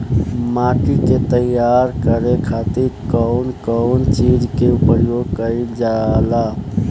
माटी के तैयार करे खातिर कउन कउन चीज के प्रयोग कइल जाला?